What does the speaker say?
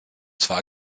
zwar